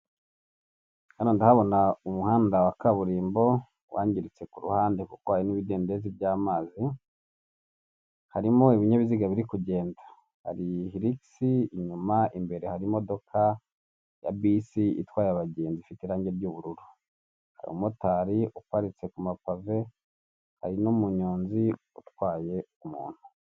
Hano ndahabona umuhanda wa kaburimbo wangiritse ku ruhande kuko harimo ibidendezi by'amazi, harimo ibinyabiziga biri kugenda hari hirigisi inyuma, imbere harimo ya bisi itwaye abagenzi ifite irangi ry'ubururu, hari umumotari uparitse ku mapave, hari n'umuyonzi utwaye umuntu.